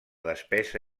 despesa